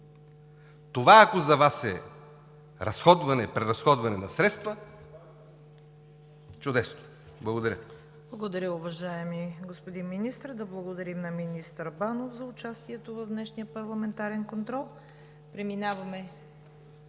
Това, ако за Вас е преразходване на средства – чудесно. Благодаря.